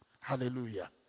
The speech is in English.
Hallelujah